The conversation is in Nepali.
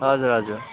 हजुर हजुर